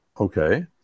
Okay